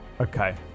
okay